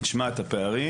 נשמע את הפערים.